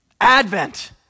Advent